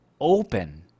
open